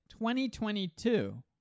2022